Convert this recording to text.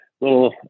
little